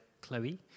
Chloe